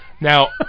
Now